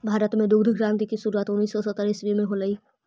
भारत में दुग्ध क्रान्ति की शुरुआत उनीस सौ सत्तर ईसवी में होलई